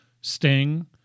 Sting